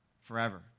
forever